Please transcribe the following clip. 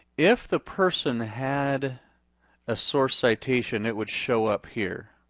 if the person had a source citation it would show up here.